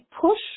push